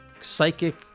psychic